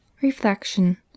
Reflection